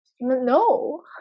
no